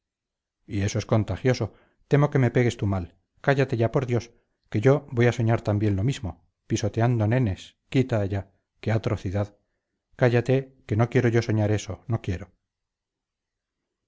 y eso es contagioso temo que me pegues tu mal cállate ya por dios que yo voy a soñar también lo mismo pisoteando nenes quita allá qué atrocidad cállate que no quiero yo soñar eso no quiero